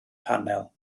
panel